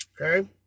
Okay